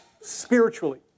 spiritually